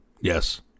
yes